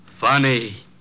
Funny